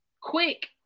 Quick